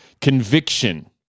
Conviction